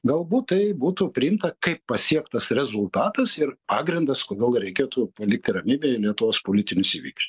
galbūt tai būtų priimta kaip pasiektas rezultatas ir pagrindas kodėl reikėtų palikti ramybėje lietuvos politinius įvykius